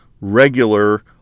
regular